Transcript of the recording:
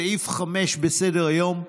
סעיף 5 בסדר-היום,